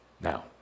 Now